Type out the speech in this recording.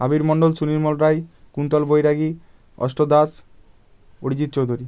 Abir Mondal Sunil Modrai Kuntal Bairagi Ashta Das Arijit Chowdhury